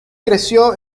creció